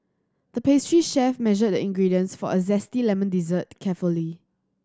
the pastry chef measured the ingredients for a zesty lemon dessert carefully